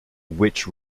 which